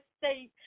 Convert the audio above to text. state